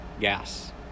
gas